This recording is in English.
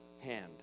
hand